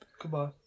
Goodbye